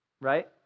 right